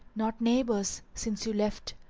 not neighbours, since you left,